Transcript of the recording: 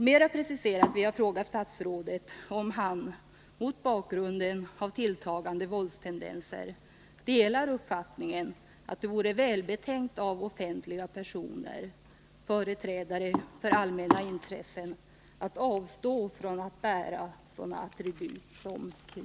Mera preciserat vill jag fråga statsrådet om han — mot bakgrund av de tilltagande våldstendenserna — delar uppfattningen att det vore välbetänkt av offentliga personer, företrädare för allmänna intressen, att avstå från att bära sådana attribut som kniv.